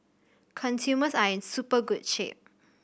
consumers are in super good shape